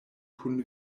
kun